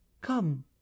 Come